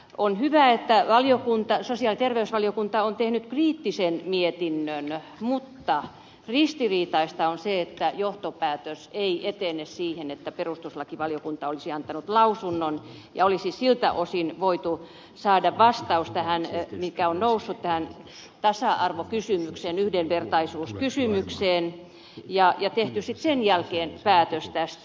on hyvä että sosiaali ja terveysvaliokunta on tehnyt kriittisen mietinnön mutta ristiriitaista on se että johtopäätös ei etene siihen että perustuslakivaliokunta olisi antanut lausunnon ja olisi siltä osin voitu saada vastaus tähän mikä on noussut tähän tasa arvokysymykseen yhdenvertaisuuskysymykseen ja tehty sitten sen jälkeen päätös tästä